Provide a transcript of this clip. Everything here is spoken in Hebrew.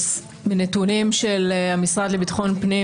מנתונים של המשרד לביטחון פנים,